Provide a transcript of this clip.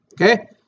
okay